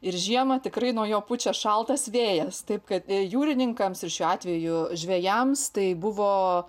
ir žiemą tikrai nuo jo pučia šaltas vėjas taip kad jūrininkams ir šiuo atveju žvejams tai buvo